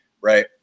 right